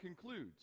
concludes